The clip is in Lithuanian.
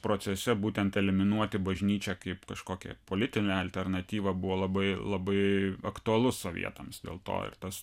procese būtent eliminuoti bažnyčią kaip kažkokią politinę alternatyvą buvo labai labai aktualu sovietams dėl to ir tas